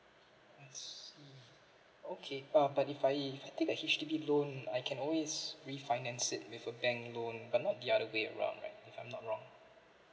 I see okay uh but if I if I take a H_D_B loan I can always refinance it with a bank loan but not the other way around right if I'm not wrong